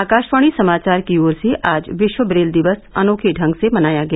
आकाशवाणी समाचार की ओर से आज विश्व ब्रेल दिवस अनोखे ढंग से मनाया गया